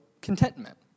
contentment